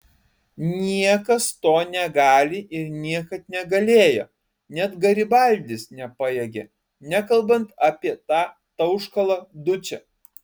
niekas to negali ir niekad negalėjo net garibaldis nepajėgė nekalbant apie tą tauškalą dučę